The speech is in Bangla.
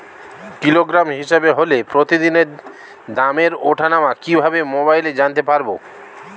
কিলোগ্রাম হিসাবে হলে প্রতিদিনের দামের ওঠানামা কিভাবে মোবাইলে জানতে পারবো?